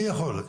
מי יכול?